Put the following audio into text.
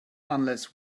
unless